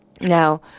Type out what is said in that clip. Now